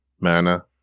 mana